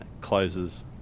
closes